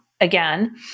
again